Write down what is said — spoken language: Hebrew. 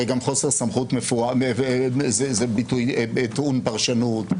הרי גם חוסר סמכות זה ביטוי טעון פרשנות.